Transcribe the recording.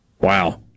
wow